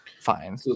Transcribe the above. fine